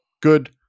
good